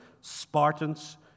Spartans